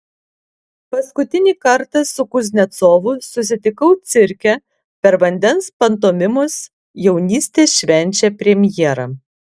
paskutinį kartą su kuznecovu susitikau cirke per vandens pantomimos jaunystė švenčia premjerą